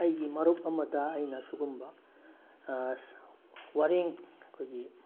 ꯑꯩꯒꯤ ꯃꯔꯨꯞ ꯑꯃꯗ ꯑꯩꯅ ꯁꯤꯒꯨꯝꯕ ꯋꯥꯔꯦꯡ ꯑꯩꯈꯣꯏꯒꯤ